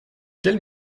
quels